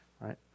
right